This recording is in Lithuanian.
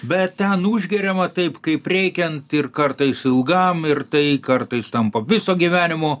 bet ten užgeriama taip kaip reikiant ir kartais ilgam ir tai kartais tampa viso gyvenimo